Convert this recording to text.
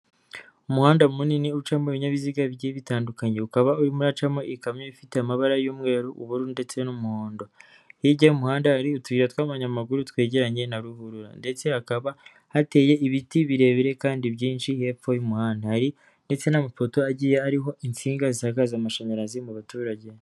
Umuhanda munini ucamo ibinyabiziga bigiye bitandukanye, ukaba urimo uracamo ikamyo ifite amabara y'umweru, ubururu ndetse n'umuhondo. Hirya y'umuhanda hari utuyira tw'abanyamaguru twegeranye na ruhurura, ndetse hakaba hateye ibiti birebire kandi byinshi. Hepfo y'umuhanda ndetse n'amapoto agiye ariho insinga zisagaza amashanyarazi mu baturage.